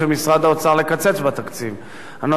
הנושא השני, הנקודה של ביטחון תזונתי.